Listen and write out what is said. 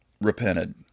repented